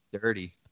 dirty